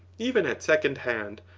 even at second-hand,